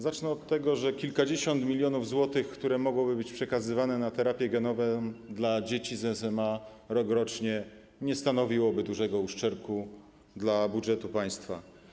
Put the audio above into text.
Zacznę od tego, że kilkadziesiąt milionów złotych, które mogłyby być przekazywane na terapie genowe dla dzieci z SMA rokrocznie, nie stanowiłoby dużego uszczerbku dla budżetu państwa.